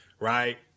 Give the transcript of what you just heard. right